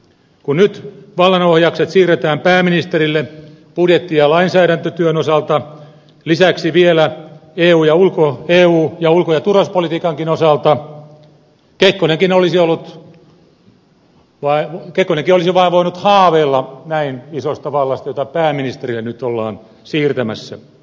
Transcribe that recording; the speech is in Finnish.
kun nyt vallanohjakset siirretään pääministerille budjetti ja lainsäädäntötyön osalta lisäksi vielä eu ja ulko ja turvallisuuspolitiikankin osalta kekkonenkin olisi voinut vain haaveilla näin isosta vallasta jota pääministerille nyt ollaan siirtämässä